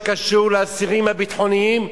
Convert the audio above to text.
שלה בכל מה שקשור לאסירים הביטחוניים,